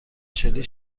چلی